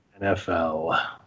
NFL